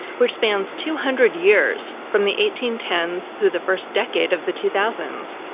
which spans two hundred years, from the eighteen ten s through the first decade of the two thousand